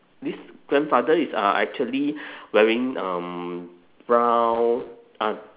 this grandfather is uh actually wearing um brown ah